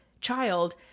child